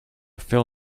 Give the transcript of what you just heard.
fill